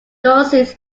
diocese